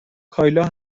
کایلا